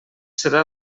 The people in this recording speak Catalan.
serà